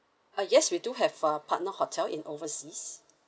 uh yes we do have a partner hotel in overseas